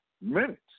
minutes